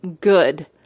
good